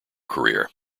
career